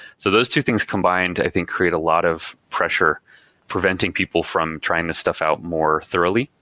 so those two things combined i think create a lot of pressure preventing people from trying to stuff out more thoroughly.